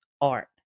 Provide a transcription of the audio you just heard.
art